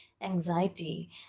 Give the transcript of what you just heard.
anxiety